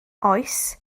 oes